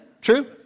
True